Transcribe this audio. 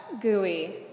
gooey